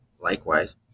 likewise